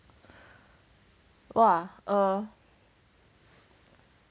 !wah! err